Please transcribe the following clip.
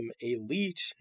elite